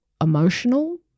emotional